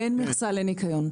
אין מכסה לניקיון.